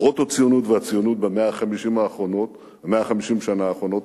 הפרוטו-ציונות והציונות ב-150 השנה האחרונות.